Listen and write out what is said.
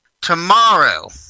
Tomorrow